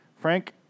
Frank